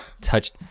touch